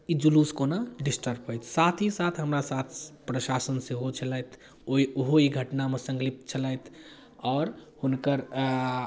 ई जुलूस कोना डिस्टर्ब हैत साथ ही साथ हमरा साथ प्रशासन सेहो छलथि ओ ओहो ई घटनामे सङ्गलिप्त छलथि आओर हुनकर